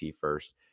first